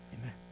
Amen